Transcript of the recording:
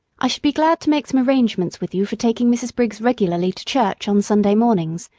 i should be glad to make some arrangements with you for taking mrs. briggs regularly to church on sunday mornings.